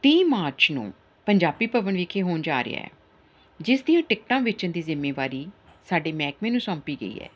ਤੀਹ ਮਾਰਚ ਨੂੰ ਪੰਜਾਬੀ ਭਵਨ ਵਿਖੇ ਹੋਣ ਜਾ ਰਿਹਾ ਜਿਸ ਦੀਆਂ ਟਿਕਟਾਂ ਵੇਚਣ ਦੀ ਜ਼ਿੰਮੇਵਾਰੀ ਸਾਡੇ ਮਹਿਕਮੇ ਨੂੰ ਸੌਂਪੀ ਗਈ ਹੈ